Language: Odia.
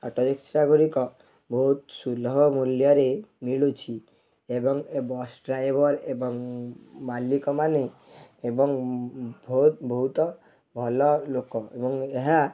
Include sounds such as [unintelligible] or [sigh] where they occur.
ଅଟୋରିକ୍ସା ଗୁଡ଼ିକ ବହୁତ ସୁଲଭ ମୂଲ୍ୟରେ ମିଳୁଛି ଏବଂ ଏ ବସ୍ ଡ୍ରାଇଭର୍ ଏବଂ ମାଲିକ ମାନେ ଏବଂ [unintelligible] ବହୁତ ଭଲ ଲୋକ ଏବଂ ଏହା